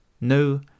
no